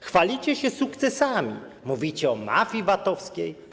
Chwalicie się sukcesami, mówicie o mafii VAT-owskiej.